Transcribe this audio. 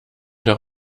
noch